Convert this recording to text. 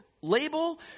label